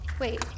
Wait